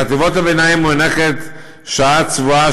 בחטיבות הבינים מוענקת שעה צבועה,